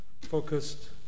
focused